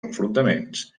enfrontaments